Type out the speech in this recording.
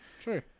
True